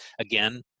Again